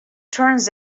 turns